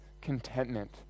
contentment